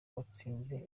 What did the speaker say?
watsinze